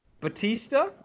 Batista